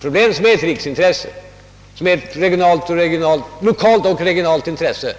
problem av riksintresse, av lokalt och regionalt intresse.